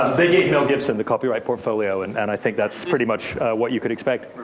they gave mel gibson the copyright portfolio, and and i think that's pretty much what you could expect.